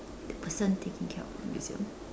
the person taking care of a museum